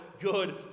good